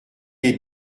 est